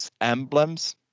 emblems